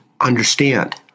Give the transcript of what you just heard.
understand